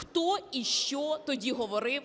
хто і що тоді говорив